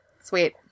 sweet